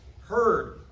heard